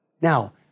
Now